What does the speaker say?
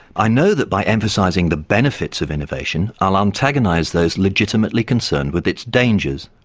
i know that by emphasising the benefits of innovation i'll antagonise those legitimately concerned with its dangers.